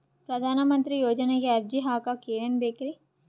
ಪ್ರಧಾನಮಂತ್ರಿ ಯೋಜನೆಗೆ ಅರ್ಜಿ ಹಾಕಕ್ ಏನೇನ್ ಬೇಕ್ರಿ?